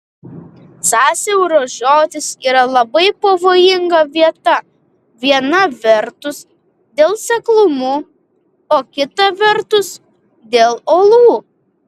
sąsiaurio žiotys yra labai pavojinga vieta viena vertus dėl seklumų o kita vertus dėl uolų